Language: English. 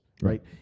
Right